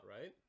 right